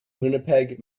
winnipeg